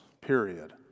period